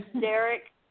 Derek